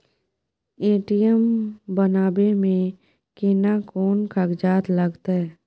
ATM बनाबै मे केना कोन कागजात लागतै?